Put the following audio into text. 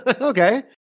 okay